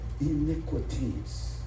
iniquities